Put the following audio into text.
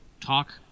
talk